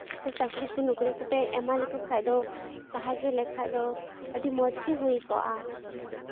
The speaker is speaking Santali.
ᱥᱮ ᱪᱟᱹᱠᱨᱤ ᱠᱚ ᱱᱚᱠᱨᱤ ᱠᱚᱯᱮ ᱮᱢᱟ ᱞᱮᱠᱚ ᱠᱷᱟᱡ ᱫᱚ ᱥᱟᱦᱟᱡᱽᱡᱚ ᱞᱮᱠᱷᱟᱡ ᱫᱚ ᱟᱹᱰᱤ ᱢᱚᱡᱽ ᱜᱮ ᱦᱩᱭ ᱠᱚᱜᱼᱟ